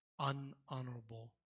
unhonorable